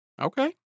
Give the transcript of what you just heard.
okay